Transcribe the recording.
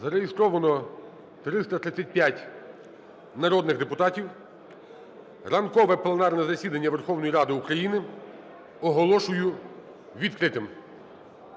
Зареєстровано 335 народних депутатів. Ранкове пленарне засідання Верховної Ради України оголошую відкритим.